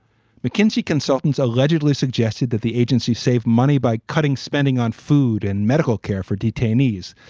mckinsey consultants allegedly suggested that the agency save money by cutting spending on food and medical care for detainees.